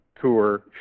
tour